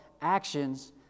actions